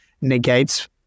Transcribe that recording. negates